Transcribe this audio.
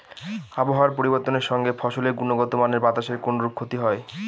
আবহাওয়ার পরিবর্তনের সঙ্গে ফসলের গুণগতমানের বাতাসের কোনরূপ ক্ষতি হয়?